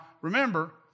remember